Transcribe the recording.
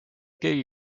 keegi